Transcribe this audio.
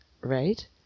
right